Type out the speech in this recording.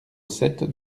sept